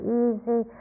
easy